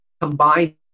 combine